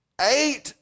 eight